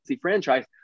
franchise